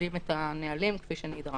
שכותבים את הנהלים כפי שנדרש.